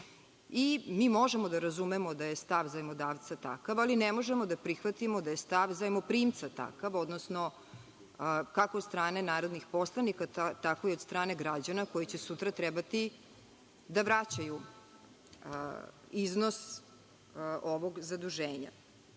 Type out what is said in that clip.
Možemo da razumemo da je stav zajmodavca takav, ali ne možemo da prihvatimo da je stav zajmoprimca takav odnosno kako od strane narodnih poslanika, tako i od strane građana koji će sutra trebati da vraćaju iznos ovog zaduženja.